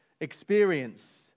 experience